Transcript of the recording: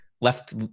left